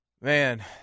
Man